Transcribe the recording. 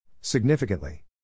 Significantly